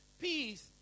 peace